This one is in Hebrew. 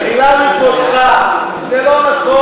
באמת, במחילה מכבודך, זה לא נכון.